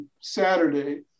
Saturday